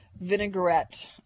vinaigrette